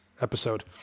episode